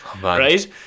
right